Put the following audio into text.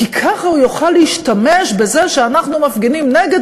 כי ככה הוא יוכל להשתמש בזה שאנחנו מפגינים נגד